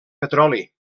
petroli